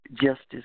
Justice